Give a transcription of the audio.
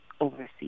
overseas